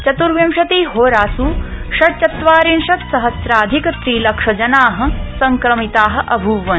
चत्र्विशति होरास् षड्चत्वारिंशत्सहस्राधिक त्रिलक्षजना संक्रमिता अभ्वन्